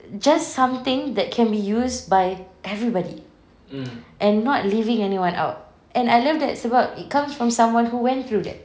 just something that can be used by everybody and not leaving anyone out and I love that's about it comes from someone who went through that